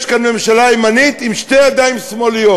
יש כאן ממשלה ימנית עם שתי ידיים שמאליות,